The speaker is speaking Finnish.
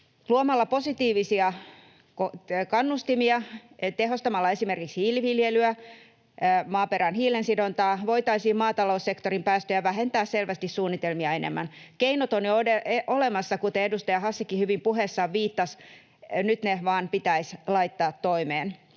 Luomalla positiivisia kannustimia, tehostamalla esimerkiksi hiiliviljelyä, maaperän hiilensidontaa, voitaisiin maataloussektorin päästöjä vähentää selvästi suunnitelmia enemmän. Keinot ovat jo olemassa, kuten edustaja Hassikin hyvin puheessaan viittasi. Nyt ne vain pitäisi laittaa toimeen.